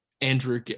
andrew